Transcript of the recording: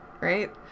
right